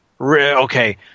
Okay